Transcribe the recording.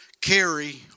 carry